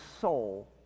soul